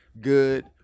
good